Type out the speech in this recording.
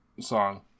song